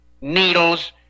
needles